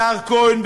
הדר כהן,